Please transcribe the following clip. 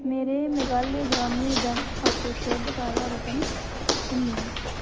मेरे मेघालय ग्रामीण बैंक खाते च बकाया रकम किन्नी ऐ